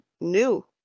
new